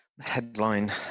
Headline